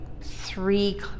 three